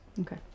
okay